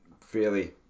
fairly